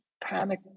panic